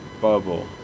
bubble